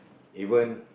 even